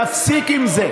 תפסיק עם זה.